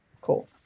Cool